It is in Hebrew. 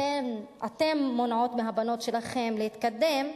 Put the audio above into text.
אתן מונעות מהבנות שלכן להתקדם.